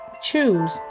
choose